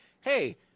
Hey